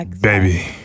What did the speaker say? baby